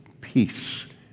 peace